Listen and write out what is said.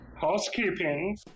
Housekeeping